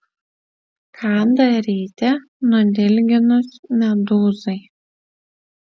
ką daryti nudilginus medūzai